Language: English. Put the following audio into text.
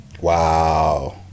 Wow